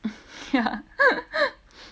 ya